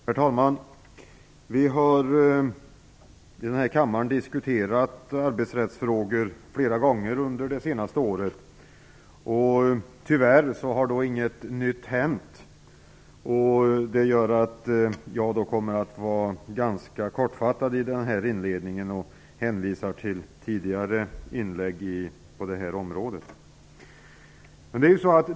Herr talman! I denna kammare har vi flera gånger under det senaste året diskuterat arbetsrättsfrågor. Tyvärr har inget nytt hänt. Det medför att jag kommer att vara ganska kortfattad och hänvisar till tidigare inlägg på det här området.